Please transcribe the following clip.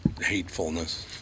hatefulness